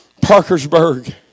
Parkersburg